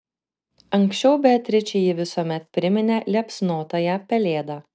anksčiau beatričei ji visuomet priminė liepsnotąją pelėdą